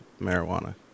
marijuana